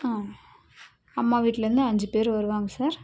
ஆ அம்மா வீட்லேருந்து அஞ்சுப் பேர் வருவாங்கள் சார்